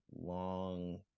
long